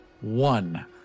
one